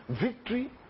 victory